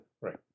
Right